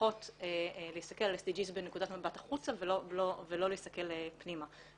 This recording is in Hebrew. המפותחות להסתכל על ה-SDGs בנקודת מבט החוצה ולא להסתכל פנימה.